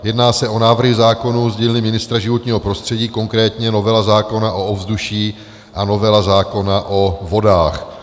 Jedná se o návrhy zákonů z dílny ministra životního prostředí, konkrétně novela zákona o ovzduší a novela zákona o vodách.